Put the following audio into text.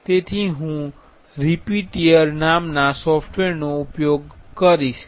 તેથી હું રિપીટીયર નામના સોફ્ટવેરનો ઉપયોગ કરીશ